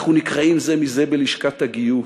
אנחנו נקרעים זה מזה בלשכת הגיוס,